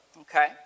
Okay